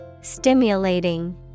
Stimulating